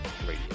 Radio